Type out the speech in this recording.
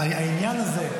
העניין הזה,